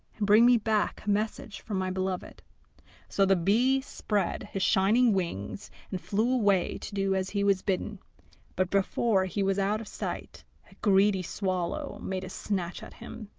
and bring me back a message from my beloved so the bee spread his shining wings and flew away to do as he was bidden but before he was out of sight a greedy swallow made a snatch at him,